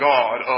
God